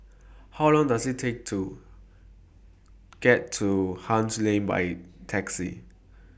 How Long Does IT Take to get to Haig Lane By Taxi